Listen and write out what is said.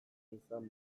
izan